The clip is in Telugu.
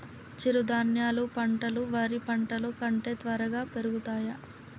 చిరుధాన్యాలు పంటలు వరి పంటలు కంటే త్వరగా పెరుగుతయా?